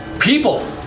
People